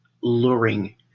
luring